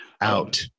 out